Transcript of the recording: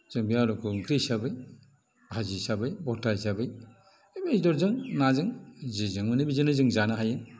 जों बे आलुखौ ओंख्रि हिसाबै भाजि हिसाबै भर्ता हिसाबै बेदरजों नाजों जिजों मोनो बेजोंनो जों जानो हायो